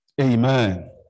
Amen